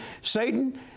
Satan